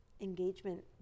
engagement